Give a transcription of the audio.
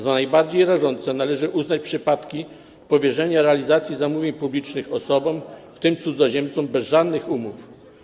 Za najbardziej rażące należy uznać przypadki powierzania realizacji zamówień publicznych osobom, w tym cudzoziemcom, bez żadnych umów.